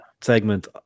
segment